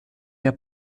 der